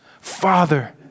Father